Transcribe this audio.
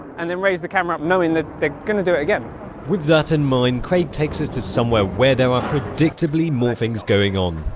and then raise the camera up knowing that they're gonna do it again with that in mind craig takes us to somewhere where there are predictably more things going on